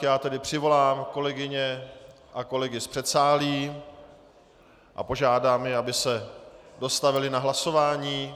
Já tedy přivolám kolegyně a kolegy z předsálí a požádám je, aby se dostavili na hlasování.